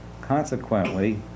Consequently